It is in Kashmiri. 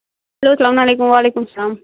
ہیٚلو سَلام علیکُم وعلیکُم سَلام